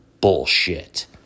bullshit